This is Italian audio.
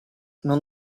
non